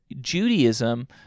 Judaism